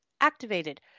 activated